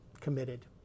committed